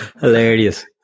Hilarious